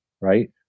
right